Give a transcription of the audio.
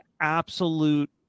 absolute